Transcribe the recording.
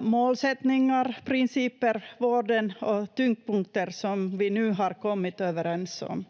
målsättningar, principer, värden och tyngdpunkter som vi nu har kommit överens om.